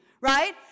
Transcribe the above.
right